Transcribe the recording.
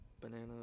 Banana